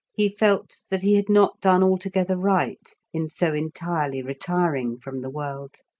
he felt that he had not done altogether right in so entirely retiring from the world.